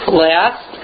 last